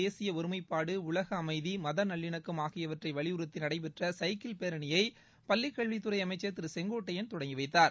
தேசிய ஒருமைப்பாடு உலக அமைதி மத நல்லிணக்கம் ஆகியவற்றை வலியுறுத்தி நடைபெற்ற சைக்கிள் பேரணியை பள்ளிக்கல்வித்துறை அமைச்சர் திரு செங்கோட்டையன் தொடங்கிவைத்தார்